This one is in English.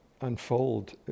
unfold